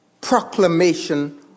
proclamation